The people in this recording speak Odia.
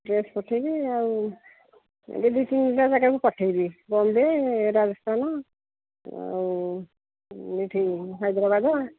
ଡ୍ରେସ୍ ପଠାଇବି ଆଉ ଦୁଇ ତିନିଟା ଜାଗାକୁ ପଠାଇବି ବମ୍ୱେ ରାଜସ୍ଥାନ ଆଉ ଏଇଠି ହାଇଦ୍ରାବାଦ